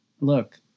Look